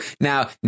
Now